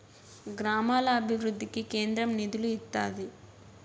గ్రామాల అభివృద్ధికి కేంద్రం నిధులు ఇత్తాది